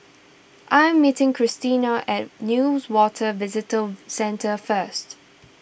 I am meeting Christena at Newater Visitor Centre first